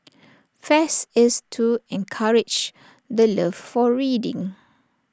fest is to encourage the love for reading